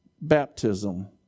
baptism